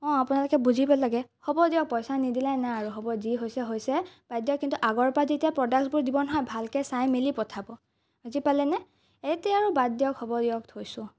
অঁ আপোনালোকে বুজিব লাগে হ'ব দিয়ক পইচা নিদিলে নাই আৰু হ'ব যি হৈছে হৈছে বাইদেউ কিন্তু আগৰপৰা যেতিয়া প্ৰ'ডাক্টবোৰ দিব নহয় ভালকৈ চাই মেলি পঠা বুজি পালেনে এতিয়া আৰু বাদ দিয়ক হ'ব দিয়ক থৈছোঁ